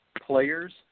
players